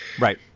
right